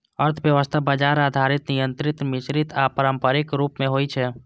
अर्थव्यवस्था बाजार आधारित, नियंत्रित, मिश्रित आ पारंपरिक रूप मे होइ छै